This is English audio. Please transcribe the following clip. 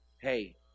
hey